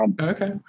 Okay